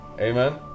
Amen